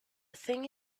thing